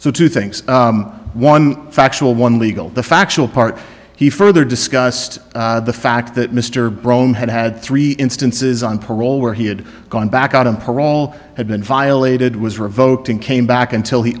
so two things one factual one legal the factual part he further discussed the fact that mr braun had had three instances on parole where he had gone back out on parole had been violated was revoked and came back until he